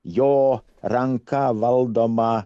jo ranka valdoma